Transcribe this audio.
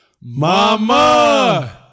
Mama